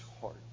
heart